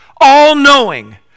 All-knowing